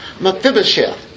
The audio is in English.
Mephibosheth